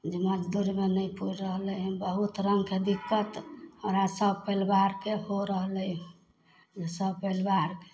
मजदूरीमे नहि पूरि रहलै हन बहुत रंगके दिक्कत हमरा सब परिवारके हो रहलै सब परिवारके